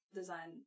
design